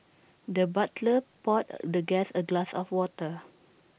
the butler poured the guest A glass of water